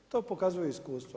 To pokazuje iskustava.